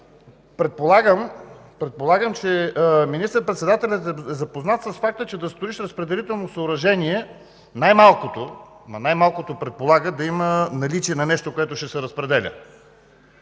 предполагам, че министър-председателят е запознат с факта, че да строиш разпределително съоръжение най-малкото предполага да има наличие на нещо, което ще се разпределя.